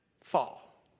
fall